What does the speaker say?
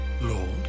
Lord